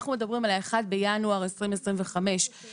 אנחנו מדברים על האחד בינואר 2025 כדד-ליין.